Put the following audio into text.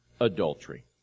adultery